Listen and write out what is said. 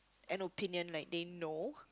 an opinion like they know